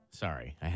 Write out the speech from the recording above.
Sorry